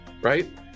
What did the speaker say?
right